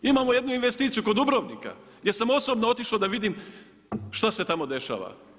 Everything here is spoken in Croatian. Imamo jednu investiciju kod Dubrovnika, gdje sam osobno otišao da vidim šta se tamo dešava.